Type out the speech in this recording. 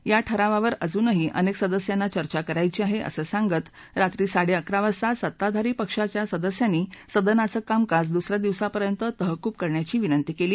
या ठरावावर अजूनही अनेक सदस्यांना चर्चा करायची आहे असं सांगत रात्री साडेअकरा वाजता सत्ताधारी पक्षाच्या सदस्यांनी सदनाचं कामकाज दुस या दिवसापर्यंत तहकूब करण्याची विनंती केली